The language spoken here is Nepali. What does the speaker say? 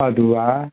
अदुवा